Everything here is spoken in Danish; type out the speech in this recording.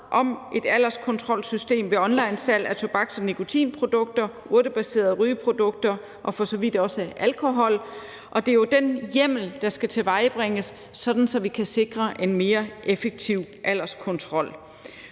om et alderskontrolsystem ved onlinesalg af tobaks- og nikotinprodukter, urtebaserede rygeprodukter og for så vidt også alkohol. Og det er jo den hjemmel, der skal tilvejebringes, sådan at vi kan sikre en mere effektiv alderskontrol.